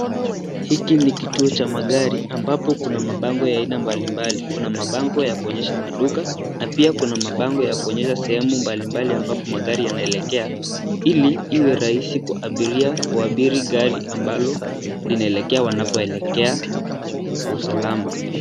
Hiki ni kituo cha magari ambapo kuna mabango ya aina mbalimbali. Kuna mabango ya kuonyesha maduka, na pia kuna mabango ya kuonyesha sehemu mbalimbali ambapo magari yanelekea, ili iwerahisi kwa abiria kuabiri gari ambalo linaelekea wanapoelekea kwa usalama.